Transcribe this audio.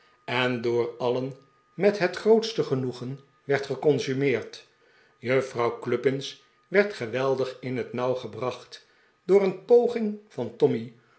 en door alien met het grootste genoegen werd geconsumeerd juffrouw cluppins werd geweldig in het nauw gebracht door een poging van tommy